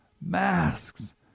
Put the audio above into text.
masks